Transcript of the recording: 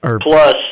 Plus